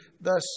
Thus